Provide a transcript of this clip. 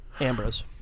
Ambrose